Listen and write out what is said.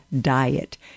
diet